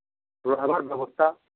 ରହିବାର ବ୍ୟବସ୍ଥା